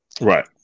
Right